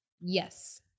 Yes